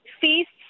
feasts